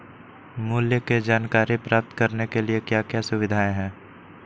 मूल्य के जानकारी प्राप्त करने के लिए क्या क्या सुविधाएं है?